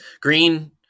green